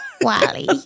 Wally